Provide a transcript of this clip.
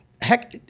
Heck